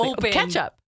Ketchup